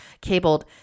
cabled